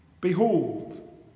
Behold